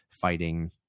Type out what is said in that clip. fighting